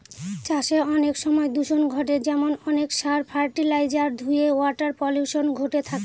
চাষে অনেক সময় দূষন ঘটে যেমন অনেক সার, ফার্টিলাইজার ধূয়ে ওয়াটার পলিউশন ঘটে থাকে